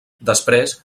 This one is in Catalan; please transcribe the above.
després